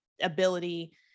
ability